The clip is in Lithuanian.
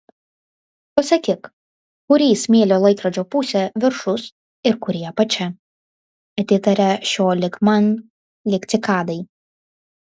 pasakyk kuri smėlio laikrodžio pusė viršus ir kuri apačia atitaria šio lyg man lyg cikadai